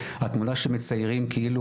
התמונה שמציירים כאילו